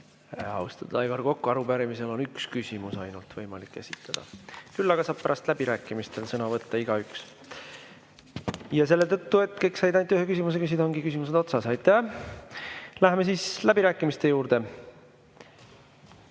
Austatud Aivar Kokk, arupärimisel on üks küsimus ainult võimalik esitada. Küll aga saab pärast läbirääkimistel igaüks sõna võtta. Ja selle tõttu, et kõik said ainult ühe küsimuse küsida, ongi küsimused otsas. Aitäh! Läheme läbirääkimiste juurde.